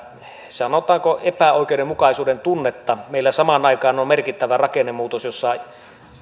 sanotaanko epäoikeudenmukaisuuden tunnetta meillä samaan aikaan on merkittävä rakennemuutos jossa